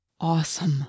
Awesome